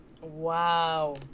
Wow